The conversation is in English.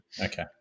Okay